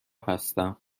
هستم